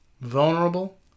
vulnerable